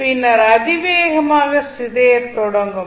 பின்னர் அதிவேகமாக சிதைய தொடங்கும்